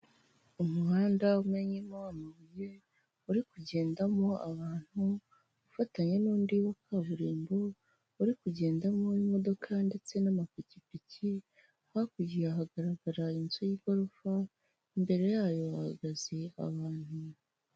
Umuhanda umennyemo amabuye uri kugendamo abantu ufatanye n'undi wa kaburimbo, uri kugendamo imodoka ndetse n'amapikipiki, hakurya hagaragara inzu y'igorofa imbere yayo hahagaze abantu.